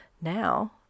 Now